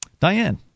Diane